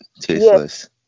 tasteless